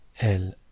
El